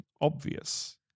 Obvious